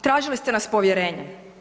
Tražili ste nas povjerenje.